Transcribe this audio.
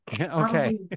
Okay